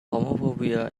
homophobia